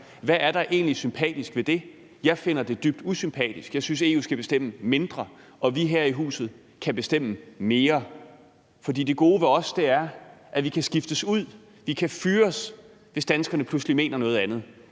Hvad er der egentlig sympatisk ved det? Jeg finder det dybt usympatisk. Jeg synes, at EU skal bestemme mindre, så vi her i huset kan bestemme mere. For det gode ved os er, at vi kan skiftes ud, vi kan fyres, hvis danskerne pludselig mener noget andet.